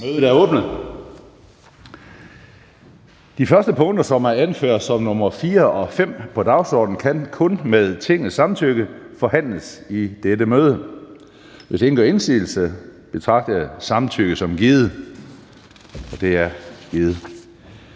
(Karsten Hønge): De første punkter, som er anført som nr. 4 og 5 på dagsordenen, kan kun med Tingets samtykke behandles i dette møde. Hvis gør indsigelse betragter jeg samtykke som givet. Det er givet.